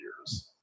years